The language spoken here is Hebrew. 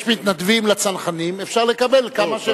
יש מתנדבים לצנחנים, אפשר לקבל כמה שאפשר.